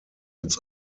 its